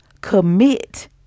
commit